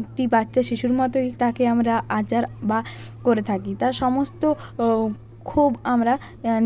একটি বাচ্চা শিশুর মতোই তাকে আমরা আচার বা করে থাকি তার সমস্ত ক্ষোভ আমরা